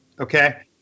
Okay